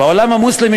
בעולם המוסלמי,